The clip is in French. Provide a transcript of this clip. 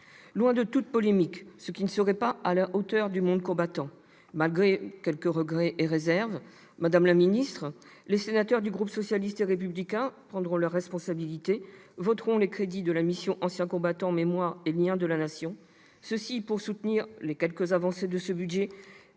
Loin de toute polémique, ce qui ne serait pas à la hauteur du monde combattant, et malgré quelques regrets et réserves, madame la secrétaire d'État, les sénateurs du groupe socialiste et républicain prendront leurs responsabilités, voteront les crédits de la mission « Anciens combattants, mémoire et liens avec la Nation », afin de soutenir les quelques avancées de ce budget